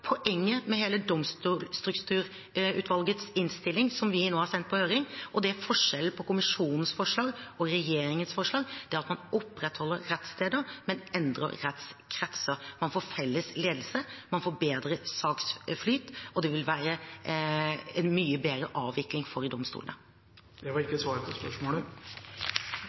poenget med innstillingen fra domstolstrukturutvalget, som vi nå har sendt på høring. Det er forskjell på kommisjonens forslag og regjeringens forslag. Man opprettholder rettssteder, men endrer rettskretser, man får felles ledelse, og man får bedre saksflyt. Det vil være en mye bedre avvikling for domstolene. Det var ikke svar på spørsmålet.